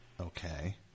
Okay